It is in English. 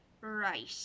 Right